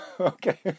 Okay